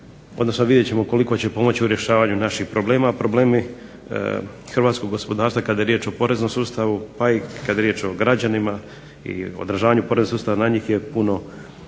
odnosno vidjet ćemo koliko će pomoći u rješavanju naših problema. Problemi hrvatskog gospodarstva kada je riječ o poreznom sustavu pa i kada je riječ o građanima i održavanju poreznog sustava, na njih je puno